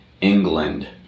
England